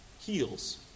heals